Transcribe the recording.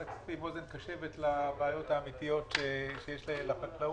הכספים אוזן קשבת לבעיות האמיתיות שיש לחקלאות.